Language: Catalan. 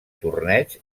torneig